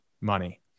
money